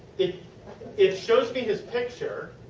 it it shows me his picture.